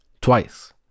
twice